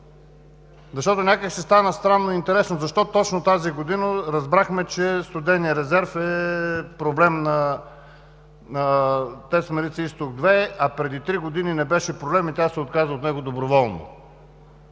Защото някак си стана странно интересно защо точно тази година разбрахме, че студеният резерв е проблем на ТЕЦ „Марица изток 2“, а преди три години не беше проблем и тя се отказа от него доброволно.